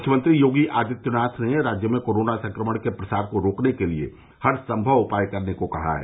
मुख्यमंत्री योगी आदित्यनाथ ने राज्य में कोरोना संक्रमण के प्रसार को रोकने के लिए हर संमव उपाय करने को कहा है